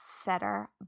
Setter